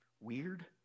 weird